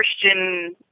Christian